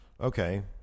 Okay